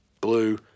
blue